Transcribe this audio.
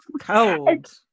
Cold